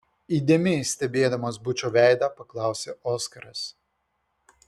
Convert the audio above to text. įdėmiai stebėdamas bučo veidą paklausė oskaras